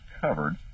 covered